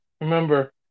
Remember